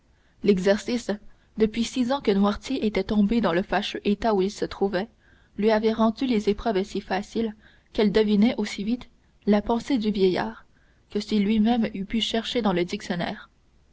l'exercice depuis six ans que noirtier était tombé dans le fâcheux état où il se trouvait lui avait rendu les épreuves si faciles qu'elle devinait aussi vite la pensée du vieillard que si lui-même eût pu chercher dans le dictionnaire